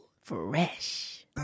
Fresh